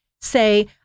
say